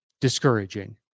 discouraging